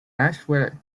nashville